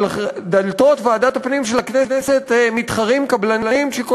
על דלתות ועדת הפנים של הכנסת מתחרים קבלנים שכל